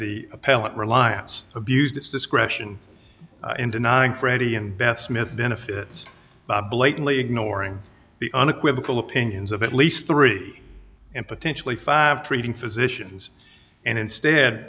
appellate reliance abused its discretion in denying freddie and beth smith benefits blatantly ignoring the unequivocal opinions of at least three and potentially five treating physicians and instead